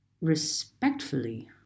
respectfully